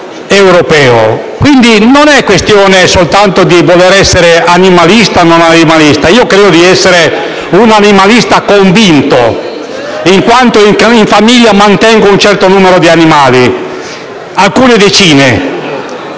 Quindi non è questione soltanto di voler essere animalista o non animalista (credo di essere un animalista convinto, in quanto in famiglia mantengo alcune decine di animali), però il